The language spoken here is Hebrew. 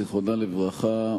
זיכרונה לברכה,